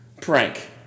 Prank